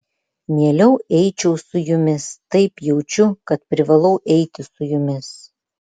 mieliau eičiau su jumis taip jaučiu kad privalau eiti su jumis